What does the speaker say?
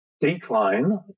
Decline